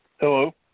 Hello